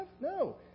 No